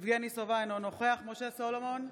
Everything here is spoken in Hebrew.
יבגני סובה, אינו נוכח משה סולומון,